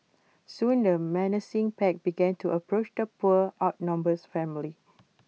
soon the menacing pack began to approach the poor outnumbered family